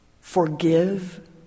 forgive